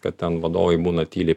kad ten vadovai būna tyliai